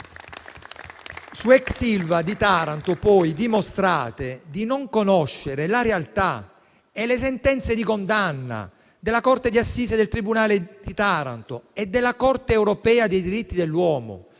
Sull'ex Ilva di Taranto, poi, dimostrate di non conoscere la realtà e le sentenze di condanna della corte di assise del tribunale di Taranto e della Corte europea dei diritti dell'uomo: